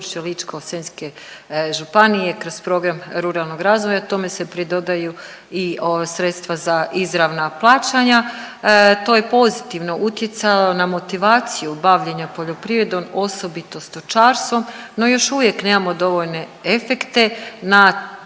Ličko-senjske županije kroz program ruralnog razvoja. Tome se pridodaju i sredstva za izravna plaćanja. To je pozitivno utjecalo na motivaciju bavljenja poljoprivredom osobito stočarstvom. No, još uvijek nemamo dovoljne efekte na